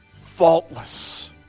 faultless